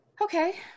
Okay